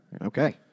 Okay